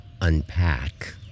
unpack